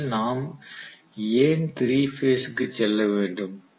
முதலில் நாம் ஏன் 3 பேஸ் க்கு செல்ல வேண்டும்